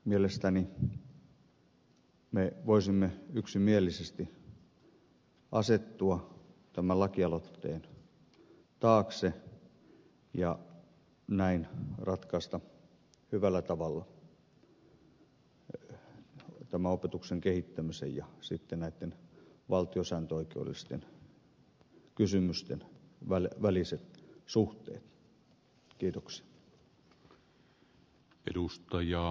mielestäni me voisimme yksimielisesti asettua tämän lakialoitteen taakse ja näin ratkaista hyvällä tavalla opetuksen kehittämisen ja näitten valtiosääntöoikeudellisten kysymysten väliset suhteet